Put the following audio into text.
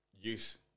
use